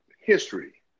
history